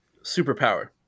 superpower